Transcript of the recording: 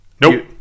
nope